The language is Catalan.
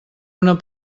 una